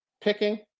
picking